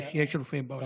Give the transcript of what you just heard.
יש, יש רופא באולם.